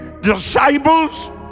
disciples